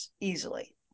easily